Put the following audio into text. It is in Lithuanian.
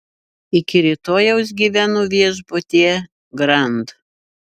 iki rytojaus gyvenu viešbutyje grand